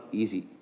easy